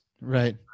Right